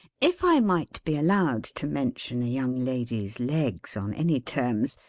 if i might be allowed to mention a young lady's legs, on any terms,